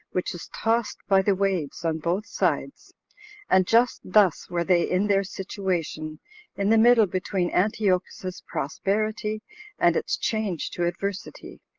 which is tossed by the waves on both sides and just thus were they in their situation in the middle between antiochus's prosperity and its change to adversity.